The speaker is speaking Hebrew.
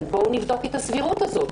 אבל בואו נבדוק את הסבירות הזאת.